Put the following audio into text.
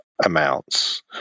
amounts